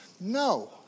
No